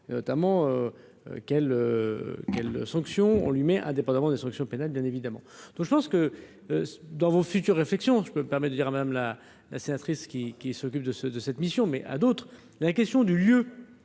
notamment quelles quelles sanctions on lui mais indépendamment des sanctions pénales, bien évidemment, tout, je pense que dans vos futurs réflexion, je me permets de dire à madame la sénatrice qui qui s'occupe de ce de cette mission, mais à d'autres, la question du lieu